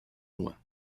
loin